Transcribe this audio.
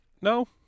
No